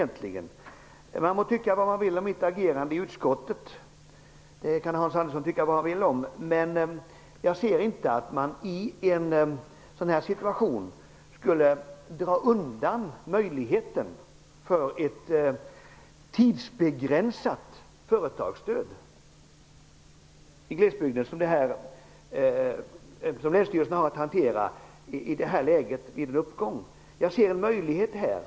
Hans Andersson må tycka vad han vill om mitt agerande i utskottet, men jag ser inte varför man i en sådan här situation skulle dra undan möjligheten till ett tidsbegränsat företagsstöd i glesbygden, som länsstyrelsen har att hantera, vid en uppgång. Jag ser en möjlighet här.